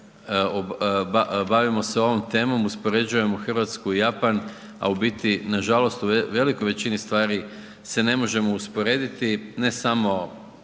bavimo se ovom temom, uspoređujemo Hrvatsku i Japan, a u biti nažalost u velikoj većini stvari se ne možemo usporediti, ne samo,